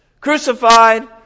crucified